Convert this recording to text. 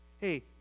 Hey